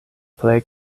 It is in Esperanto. plej